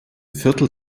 viertel